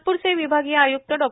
नागप्रचे विभागीय आय्क्त डॉ